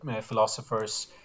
philosophers